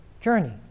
journey